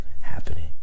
happening